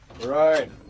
Right